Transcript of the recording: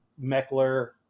Meckler